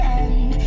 end